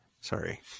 Sorry